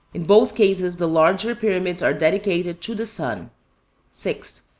in both cases the larger pyramids are dedicated to the sun six,